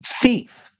thief